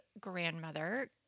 grandmother